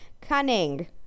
Cunning